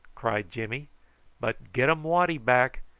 cried jimmy but gettum waddy back,